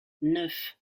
neuf